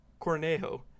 Cornejo